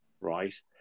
right